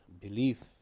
belief